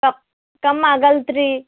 up come ಆಗಲ್ತು ರೀ